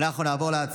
אין.